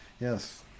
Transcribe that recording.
Yes